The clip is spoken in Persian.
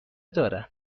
دارم